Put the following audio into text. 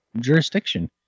jurisdiction